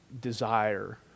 desire